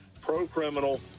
pro-criminal